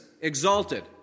exalted